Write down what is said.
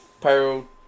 Pyro